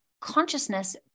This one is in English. consciousness